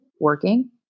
working